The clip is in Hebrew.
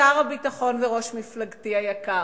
שר הביטחון וראש מפלגתי היקר,